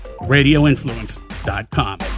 RadioInfluence.com